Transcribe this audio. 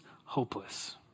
hopeless